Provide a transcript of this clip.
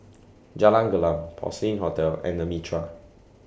Jalan Gelam Porcelain Hotel and The Mitraa